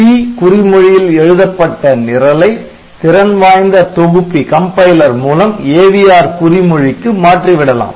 'C' குறி மொழியில் எழுதப்பட்ட நிரலை திறன் வாய்ந்த தொகுப்பி மூலம் AVR குறி மொழிக்கு மாற்றிவிடலாம்